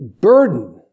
burden